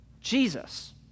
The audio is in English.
Jesus